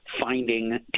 finding